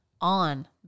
on